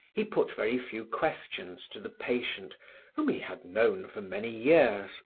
he put very few questions to the patient whom he had known for many years.